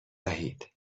وحید